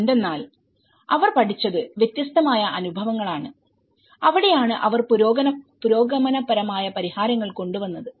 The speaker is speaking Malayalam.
എന്തെന്നാൽ അവർ പഠിച്ചത് വ്യത്യസ്തമായ അനുഭവങ്ങളാണ് അവിടെയാണ് അവർ പുരോഗമനപരമായ പരിഹാരങ്ങൾ കൊണ്ടുവന്നത്